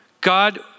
God